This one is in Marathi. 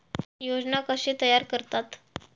योजना कशे तयार करतात?